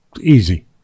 easy